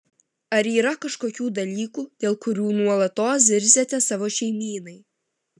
ar yra kažkokių dalykų dėl kurių nuolatos zirziate savo šeimynai